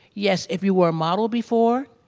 yes, if you were a model before,